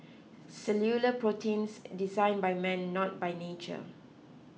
cellular proteins design by man not by nature